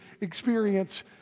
experience